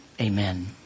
Amen